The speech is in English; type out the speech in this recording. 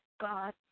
God